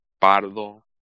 Pardo